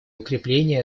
укрепления